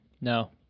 No